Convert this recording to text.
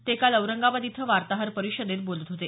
ते काल औरंगाबाद इथं वार्ताहर परिषदेत बोलत होते